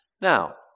Now